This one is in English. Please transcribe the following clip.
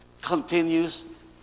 continues